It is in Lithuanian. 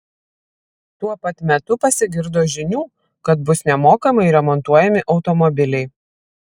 tuo pat metu pasigirdo žinių kad bus nemokamai remontuojami automobiliai